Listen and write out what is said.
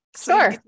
sure